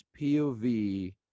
POV